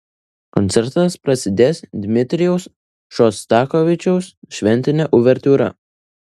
koncertas prasidės dmitrijaus šostakovičiaus šventine uvertiūra